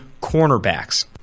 cornerbacks